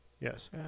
Yes